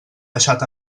deixat